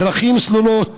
דרכים סלולות,